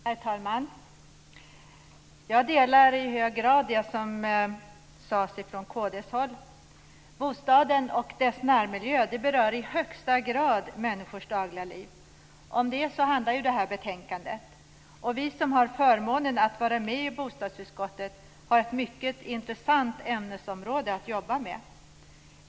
Herr talman! Jag delar i hög grad uppfattningen i det som sades från kd:s håll. Bostaden och dess närmiljö berör i högsta grad människors dagliga liv. Det är om detta betänkandet handlar om. Vi som har förmånen att vara ledamöter i bostadsutskottet har ett mycket intressant ämnesområde att jobba med.